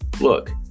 Look